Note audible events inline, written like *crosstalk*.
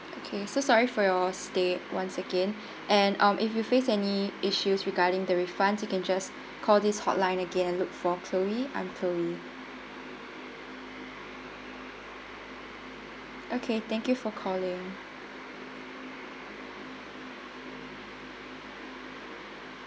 okay so sorry for your stay once again *breath* and um if you face any issues regarding the refund you can just call this hotline again look for chloe I'm chloe okay thank you for calling